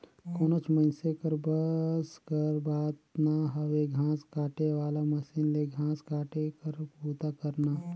कोनोच मइनसे कर बस कर बात ना हवे घांस काटे वाला मसीन ले घांस काटे कर बूता करना